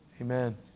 amen